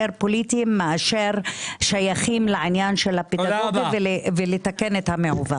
פוליטיים מאשר שייכים לעניין של הפדגוגיה ולתקן את המעוות.